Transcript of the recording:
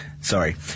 Sorry